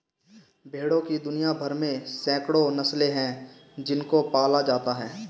भेड़ों की दुनिया भर में सैकड़ों नस्लें हैं जिनको पाला जाता है